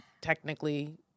technically